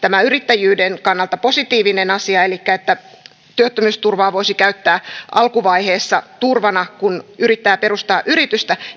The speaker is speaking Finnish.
yrittäjyyden kannalta positiivinen asia elikkä se että työttömyysturvaa voisi käyttää alkuvaiheessa turvana kun yrittää perustaa yritystä